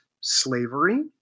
slavery